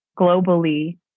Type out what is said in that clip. globally